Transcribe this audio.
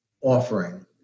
offering